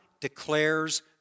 declares